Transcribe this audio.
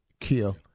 kill